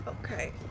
Okay